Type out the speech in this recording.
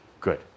Good